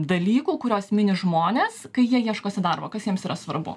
dalykų kuriuos mini žmonės kai jie ieškosi darbo kas jiems yra svarbu